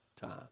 time